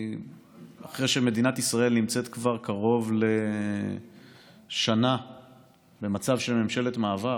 אחרי שמדינת ישראל נמצאת כבר קרוב לשנה במצב של ממשלת מעבר,